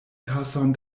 tason